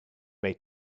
may